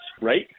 right